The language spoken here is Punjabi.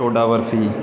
ਟੋਡਾ ਬਰਫੀ